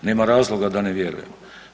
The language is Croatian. Nema razloga da ne vjerujemo.